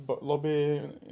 lobby